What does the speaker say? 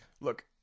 look